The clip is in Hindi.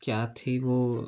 क्या थी वह